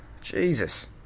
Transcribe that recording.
Jesus